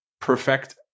perfect